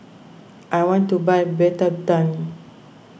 I want to buy Betadine